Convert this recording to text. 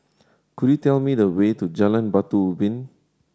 could you tell me the way to Jalan Batu Ubin